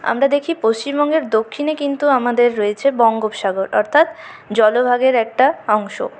আমরা দেখি পশ্চিমবঙ্গের দক্ষিণে কিন্তু আমাদের রয়েছে বঙ্গোপসাগর অর্থাৎ জলভাগের একটা অংশ